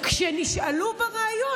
שכשנשאלו בריאיון,